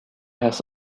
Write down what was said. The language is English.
has